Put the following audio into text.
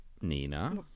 Nina